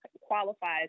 qualifies